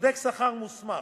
בודק שכר מוסמך,